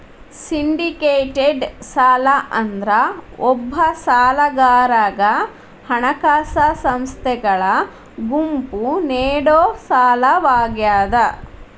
syndicated ಸಾಲ ಅಂದ್ರ ಒಬ್ಬ ಸಾಲಗಾರಗ ಹಣಕಾಸ ಸಂಸ್ಥೆಗಳ ಗುಂಪು ನೇಡೊ ಸಾಲವಾಗ್ಯಾದ